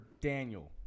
daniel